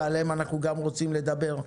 ועליהם אנחנו רוצים לדבר,